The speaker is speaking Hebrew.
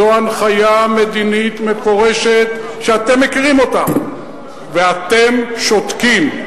זו הנחיה מדינית מפורשת שאתם מכירים אותה ואתם שותקים.